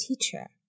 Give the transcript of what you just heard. teacher